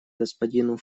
господину